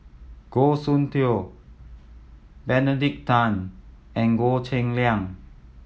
Goh Soon Tioe Benedict Tan and Goh Cheng Liang